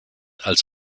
als